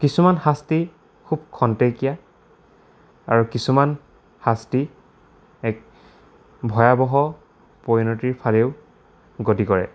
কিছুমান শাস্তি খুব খন্তেকীয়া আৰু কিছুমান শাস্তি এক ভয়াৱহ পৰিণতিৰ ফালেও গতি কৰে